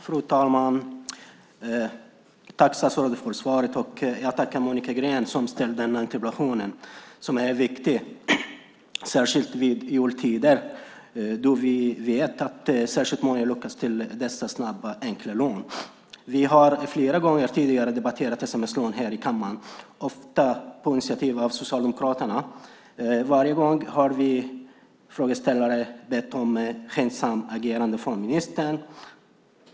Fru talman! Jag tackar statsrådet för svaret. Jag tackar också Monica Green som ställt interpellationen. Den är viktig, särskilt i jultider då vi vet att många lockas av dessa snabba enkla lån. Vi har flera gånger tidigare debatterat sms-lån här i kammaren, ofta på initiativ av Socialdemokraterna. Varje gång har vi frågeställare bett om skyndsamt agerande från ministern.